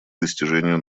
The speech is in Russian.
достижению